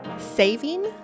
Saving